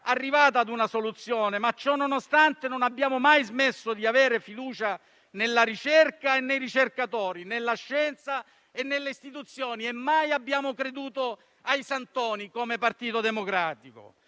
arrivata a una soluzione, ma, ciononostante, non abbiamo mai smesso di avere fiducia nella ricerca e nei ricercatori, nella scienza e nelle istituzioni, e mai abbiamo creduto ai santoni come Partito Democratico.